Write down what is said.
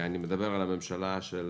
אני מדבר על הממשלה של